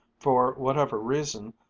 for whatever reason,